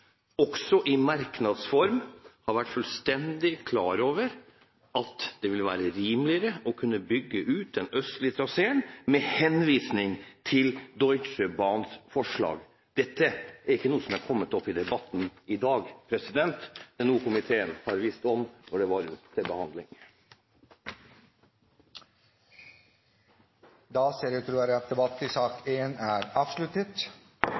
har vært fullstendig klar over – det står også i merknads form – at det ville være rimeligere å kunne bygge ut den østlige traseen med henvisning til Deutsche Bahns forslag. Dette er ikke noe som er kommet opp i debatten i dag. Det er noe komiteen har visst om da det var til behandling. Flere har ikke bedt om ordet til